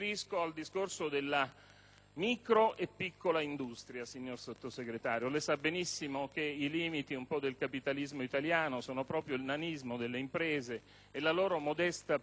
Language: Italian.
micro e piccola industria, signor Sottosegretario. Lei sa benissimo che i limiti del capitalismo italiano sono proprio il nanismo delle imprese e la loro modesta patrimonializzazione.